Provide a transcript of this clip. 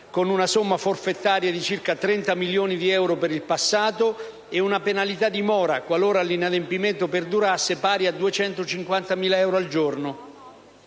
con una somma forfetaria di circa 30 milioni di euro per il passato e una penalità di mora, qualora l'inadempimento perdurasse, pari a 250.000 euro al giorno.